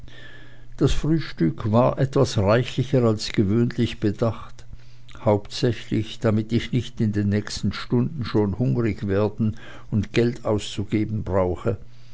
das frühstück war etwas reichlicher als gewöhnlich bedacht hauptsächlich damit ich nicht in den nächsten stunden schon hungrig zu werden und geld auszugeben brauchte